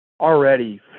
already